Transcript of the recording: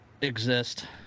exist